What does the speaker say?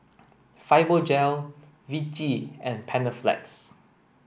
Fibogel Vichy and Panaflex